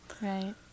Right